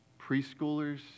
preschoolers